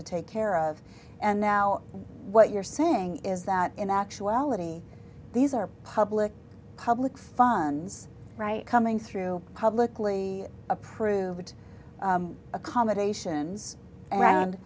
to take care of and now what you're saying is that in actuality these are public public funds coming through publicly approved accommodations around